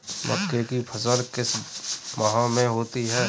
मक्के की फसल किस माह में होती है?